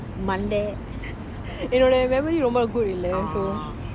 மண்டை என்னோட:manda ennoda memory ரொம்ப:romba poor lah